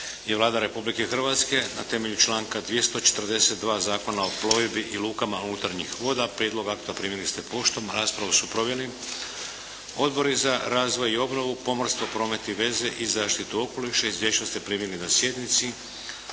je Vlada Republike Hrvatske. Na temelju članka 242. Zakona o plovidbi i lukama unutarnjih voda. Prijedlog akta primili ste poštom. Raspravu su proveli odbori za razvoj i obnovu, pomorstvo, promet i veze i zaštitu okoliša. Izvješća ste primili na sjednici.